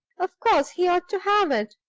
of course he ought to have it.